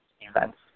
events